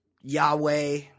Yahweh